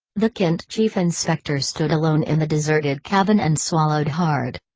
the kent chief inspector stood alone in the deserted cabin and swallowed hard.